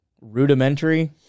rudimentary